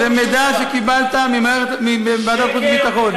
זה מידע שקיבלת מוועדת חוץ וביטחון.